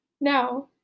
Now